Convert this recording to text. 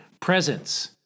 presence